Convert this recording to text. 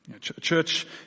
Church